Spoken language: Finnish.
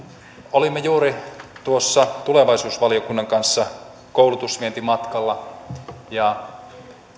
olimme juuri tulevaisuusvaliokunnan kanssa koulutusvientimatkalla